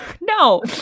no